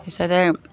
তাৰপিছতে